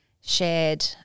shared